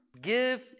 give